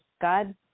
God